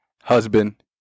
husband